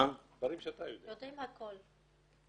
יודעים הכול.